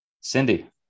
Cindy